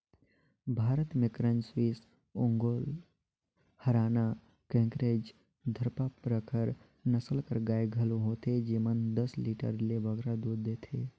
भारत में करन स्विस, ओंगोल, हराना, केकरेज, धारपारकर नसल कर गाय घलो होथे जेमन दस लीटर ले बगरा दूद देथे